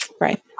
Right